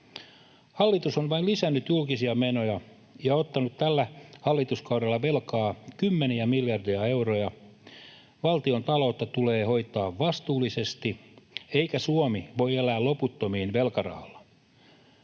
Hallitus on vain lisännyt julkisia menoja ja ottanut tällä hallituskaudella velkaa kymmeniä miljardeja euroja. Valtion taloutta tulee hoitaa vastuullisesti, eikä Suomi voi elää loputtomiin velkarahalla.